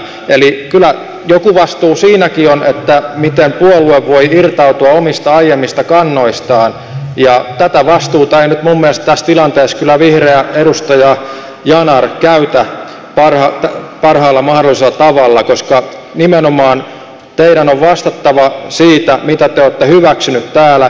eli kyllä joku vastuu siinäkin on miten puolue voi irtautua omista aiemmista kannoistaan ja tätä vastuuta ei minun mielestäni nyt tässä tilanteessa kyllä vihreä edustaja yanar käytä parhaalla mahdollisella tavalla koska teidän on nimenomaan vastattava siitä mitä te olette hyväksyneet täällä